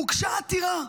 הוגשה עתירה.